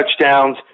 touchdowns